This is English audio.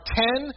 ten